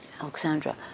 Alexandra